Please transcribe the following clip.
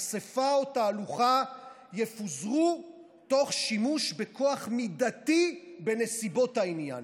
אספה או תהלוכה יפוזרו תוך שימוש בכוח מידתי בנסיבות העניין.